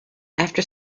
after